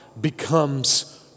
becomes